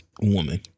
woman